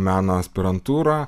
meno aspirantūra